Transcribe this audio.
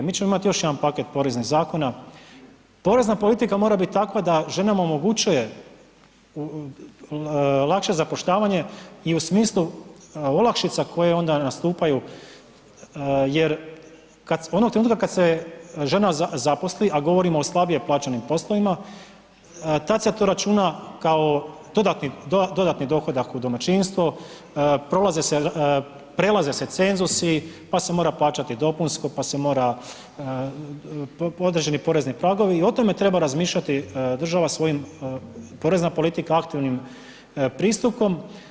Mi ćemo imati još jedan paket poreznih zakona, porezna politika mora biti takva da ženama omogućuje lakše zapošljavanje i u smislu olakšica koje onda nastupaju jer onoga trenutka kad se žena zaposli, a govorimo o slabije plaćenim poslovima tad se to računa kao dodatni dohodak u domaćinstvo, prelaze se cenzusi, pa se mora plaćati dopunsko, pa se mora određeni porezni pragovi i o tome treba razmišljati država svojim, porezna politika aktivnim pristupom.